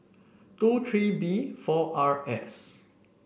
two three B four R S